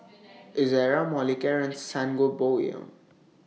Ezerra Molicare and Sangobion